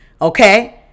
Okay